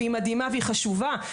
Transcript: והיא מדהימה והיא חשובה.